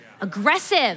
aggressive